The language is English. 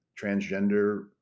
transgender